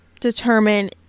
determine